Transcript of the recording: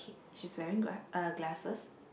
okay she's wearing gl~ uh glasses